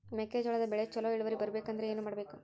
ಮೆಕ್ಕೆಜೋಳದ ಬೆಳೆ ಚೊಲೊ ಇಳುವರಿ ಬರಬೇಕಂದ್ರೆ ಏನು ಮಾಡಬೇಕು?